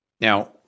Now